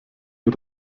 wir